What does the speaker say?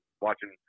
watching